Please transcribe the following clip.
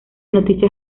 noticia